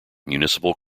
municipal